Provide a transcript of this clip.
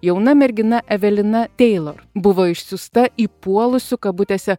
jauna mergina evelina teilor buvo išsiųsta į puolusių kabutėse